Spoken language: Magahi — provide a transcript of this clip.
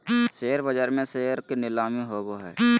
शेयर बाज़ार में शेयर के नीलामी होबो हइ